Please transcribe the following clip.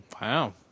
Wow